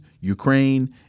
Ukraine